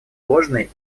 ложный